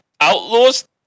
outlaws